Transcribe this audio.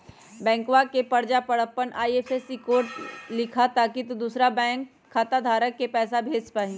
बैंकवा के पर्चा पर अपन आई.एफ.एस.सी कोड लिखा ताकि तु दुसरा बैंक खाता धारक के पैसा भेज पा हीं